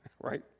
right